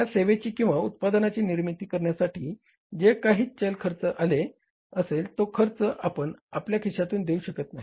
त्या सेवेची किंवा उत्पादनाची निर्मिती करण्यासाठी जे काही चल खर्च आले असेल तो खर्च आपण आपल्या खिशातून देऊ शकत नाही